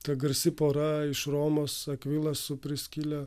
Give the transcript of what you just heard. ta garsi pora iš romos sakvilas su priskile